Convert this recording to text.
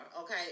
okay